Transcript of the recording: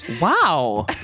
wow